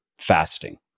fasting